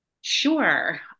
Sure